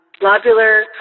lobular